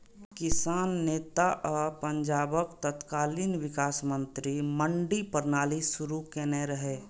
किसान नेता आ पंजाबक तत्कालीन विकास मंत्री मंडी प्रणाली शुरू केने रहै